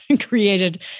created